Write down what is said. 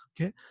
Okay